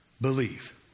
believe